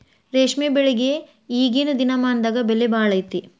ರೇಶ್ಮೆ ಬೆಳಿಗೆ ಈಗೇನ ದಿನಮಾನದಾಗ ಬೆಲೆ ಭಾಳ ಐತಿ